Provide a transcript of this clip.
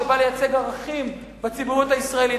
שבא לייצג ערכים בציבוריות הישראלית.